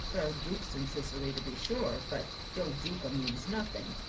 there are dukes in sicily, to be sure but il duca means nothing.